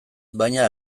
baina